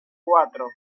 cuatro